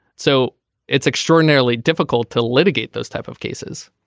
so it's extraordinarily difficult to litigate those type of cases.